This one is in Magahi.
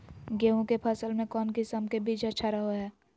गेहूँ के फसल में कौन किसम के बीज अच्छा रहो हय?